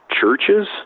churches